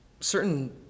certain